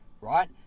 Right